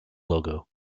logo